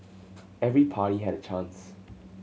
every party had a chance